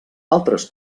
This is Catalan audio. altres